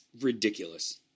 ridiculous